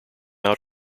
out